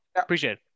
appreciate